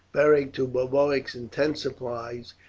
beric, to boduoc's intense surprise,